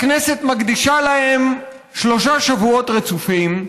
הכנסת מקדישה להן שלושה שבועות רצופים,